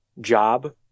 job